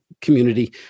community